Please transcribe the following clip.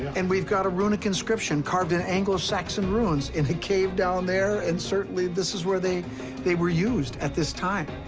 and we've got a runic inscription carved in anglo-saxon runes in a cave down there, and certainly this is where they they were used at this time.